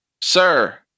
sir